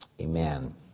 amen